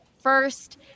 first